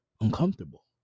uncomfortable